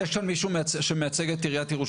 מייצג את עצמו.